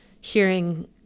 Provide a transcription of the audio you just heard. hearing